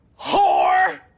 whore